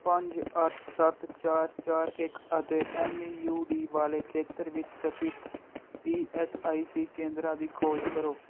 ਪੰਜ ਅੱਠ ਸੱਤ ਚਾਰ ਚਾਰ ਇੱਕ ਅਤੇ ਐਮ ਈ ਯੂ ਡੀ ਵਾਲੇ ਖੇਤਰ ਵਿੱਚ ਸਥਿੱਤ ਈ ਐਸ ਆਈ ਸੀ ਕੇਂਦਰਾਂ ਦੀ ਖੋਜ ਕਰੋ